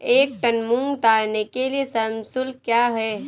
एक टन मूंग उतारने के लिए श्रम शुल्क क्या है?